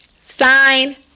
sign